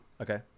Okay